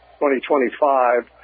2025